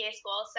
school